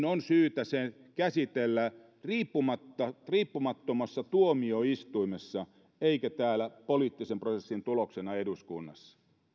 on syytä käsitellä se riippumattomassa tuomioistuimessa eikä poliittisen prosessin tuloksena täällä eduskunnassa